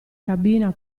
cabina